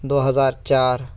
दो हज़ार चार